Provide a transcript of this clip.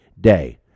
day